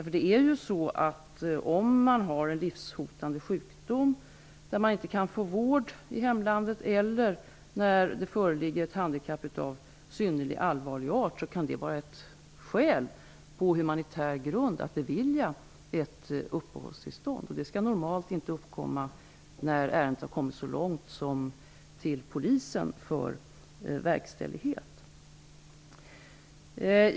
Om en person har en livshotande sjukdom där det inte går att få vård i hemlandet eller när det föreligger ett handikapp av synnerligen allvarlig art, kan det vara skäl att på humanitär grund bevilja ett uppehållstillstånd. Denna situation skall normalt inte uppkomma när ärendet har kommit så långt som till polisen för verkställande.